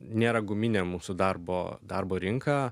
nėra guminė mūsų darbo darbo rinka